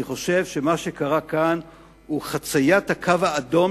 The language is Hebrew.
אני חושב שמה שקרה כאן הוא חציית הקו האדום